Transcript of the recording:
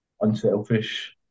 unselfish